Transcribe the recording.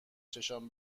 چشام